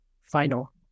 final